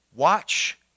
Watch